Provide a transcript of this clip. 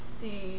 see